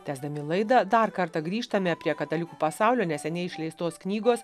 tęsdami laidą dar kartą grįžtame prie katalikų pasaulio neseniai išleistos knygos